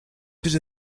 bit